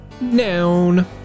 Noun